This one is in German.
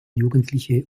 jugendliche